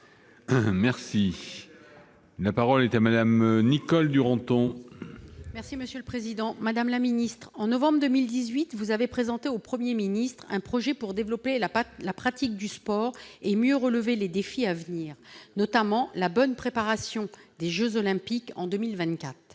! La parole est à Mme Nicole Duranton. Madame la ministre, en novembre 2018, vous avez présenté au Premier ministre un projet pour développer la pratique du sport et mieux relever les défis à venir, notamment la préparation des jeux Olympiques et